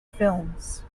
films